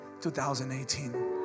2018